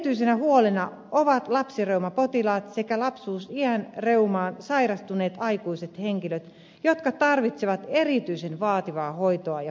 erityisenä huolena ovat lapsireumapotilaat sekä lapsuusiän reumaan sairastuneet aikuiset henkilöt jotka tarvitsevat erityisen vaativaa hoitoa ja kuntoutusta